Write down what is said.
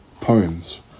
poems